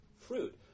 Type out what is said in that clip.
fruit